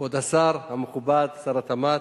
כבוד השר המכובד, שר התמ"ת,